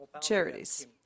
charities